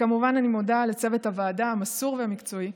כמובן, אני מודה לצוות הוועדה המסור והמקצועי,